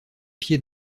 pieds